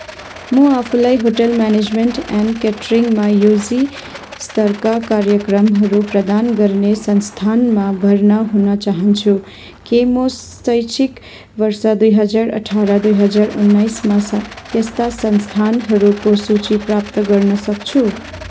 म आफूलाई hotel management and क्याट्रिङमा युजी स्तरका कार्यक्रमहरू प्रदान गर्ने संस्थानमा भर्ना हुन चाहन्छु के म शैक्षिक वर्ष दुई हजार अठार दुई हजार उन्नाइसमा स त्यस्ता संस्थानहरूको सूची प्राप्त गर्न सक्छु